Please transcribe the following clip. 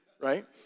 right